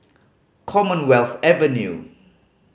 Commonwealth Avenue